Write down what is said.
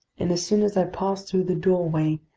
and as soon as i passed through the doorway,